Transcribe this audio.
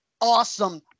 awesome